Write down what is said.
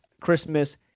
Christmas